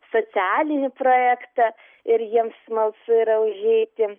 socialinį projektą ir jiems smalsu yra užeiti